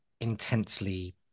intensely